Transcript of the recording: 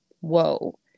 whoa